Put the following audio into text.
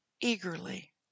eagerly